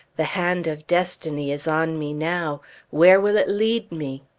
the hand of destiny is on me now where will it lead me?